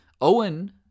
Owen